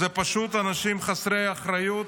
אלה פשוט אנשים חסרי אחריות,